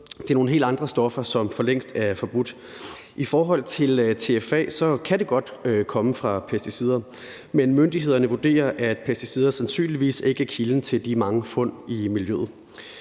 Det er nogle helt andre stoffer, som for længst er forbudt. I forhold til TFA kan det godt komme fra pesticider, men myndighederne vurderer, at pesticider sandsynligvis ikke er kilden til de mange fund i miljøet.